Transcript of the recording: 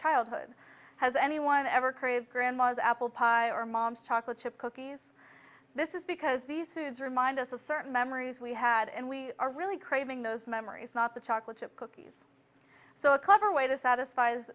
childhood has anyone ever craved grandma's apple pie or mom's chocolate chip cookies this is because these foods remind us of certain memories we had and we are really craving those memories not the chocolate chip cookie so a clever way to satisf